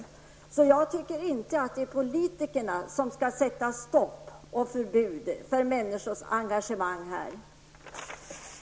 Jag tycker alltså inte att politikerna genom stopp får sätta förbud för människors engagemang i det här fallet.